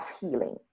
healing